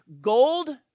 gold